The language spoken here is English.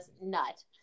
nut